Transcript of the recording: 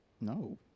No